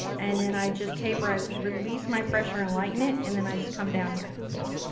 and then i just taper, i release my pressure and lighten it. and then i just come down here. yeah.